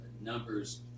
numbers